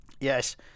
Yes